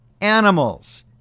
animals